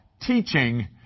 teaching